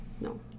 no